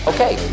Okay